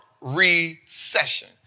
recession